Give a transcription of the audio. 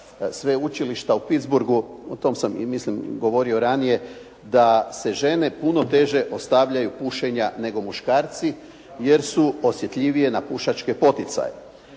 sveučilišta u Pitzburgu, o tom sam mislim govorio ranije da se žene puno teže ostavljaju pušenja nego muškarci jer su osjetljivije na pušačke poticaje.